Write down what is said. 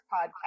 podcast